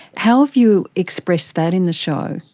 how have you expressed that in the show?